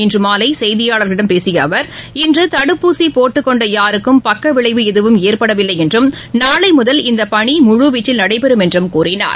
இன்றுமாலையில் செய்தியாளர்களிடம் பேசியஅவர் இன்றுதடுப்பூசிபோட்டுக் கொண்டயாருக்கும் பக்கவிளைவு ஏதும் ஏற்படவில்லைஎன்றும் நாளைமுதல் இந்தப் பணிமுழுவீச்சில் நடைபெறும் என்றும் கூறினார்